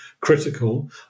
critical